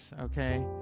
okay